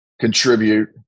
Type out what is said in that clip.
contribute